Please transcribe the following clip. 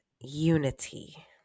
unity